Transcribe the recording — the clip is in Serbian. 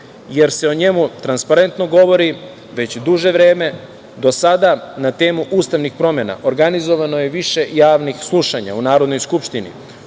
jer se o njemu transparentno govori već duže vreme. Do sada na temu ustavnih promena organizovano je više javnih slušanja u Narodnoj skupštini